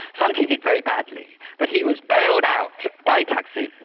sondhi did very badly, but he was bailed out by thaksin,